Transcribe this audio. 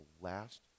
last